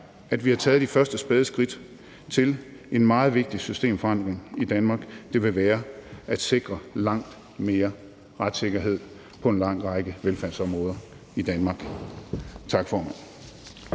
at vi har taget de første spæde skridt til den meget vigtige systemforandring i Danmark, som det vil være at sikre langt mere retssikkerhed på en lang række velfærdsområder. Tak, formand.